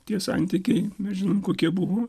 tie santykiai mes žinom kokie buvo